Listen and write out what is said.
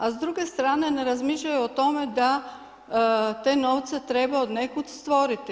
A s druge strane ne razmišljaju o tome, da te novce treba od nekud stvoriti.